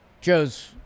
Joe's